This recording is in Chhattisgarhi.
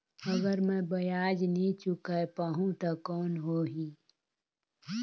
अगर मै ब्याज नी चुकाय पाहुं ता कौन हो ही?